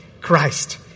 Christ